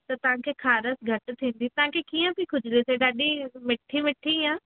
त तव्हांखे खारस घटि थींदी तव्हांखे कीअं बि खुजली थिए ॾाढी मिठी मिठी या